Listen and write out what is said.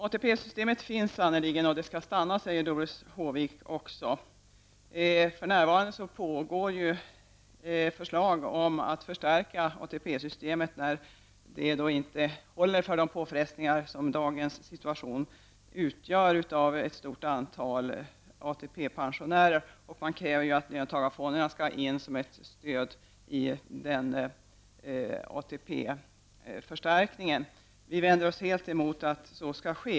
ATP-systemet finns sannerligen och skall stanna, säger Doris Håvik. För närvarande finns förslag om att förstärka ATP-systemet, eftersom det inte håller för de påfrestningar som dagens situation förorsakar för ett stort antal ATP-pensionärer. Man kräver att löntagarfonderna skall in som ett led i ATP-förstärkningen. Vi vänder oss helt emot att så skall ske.